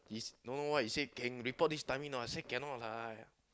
it's don't know what he say can report this timing or not I say cannot lah